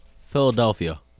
Philadelphia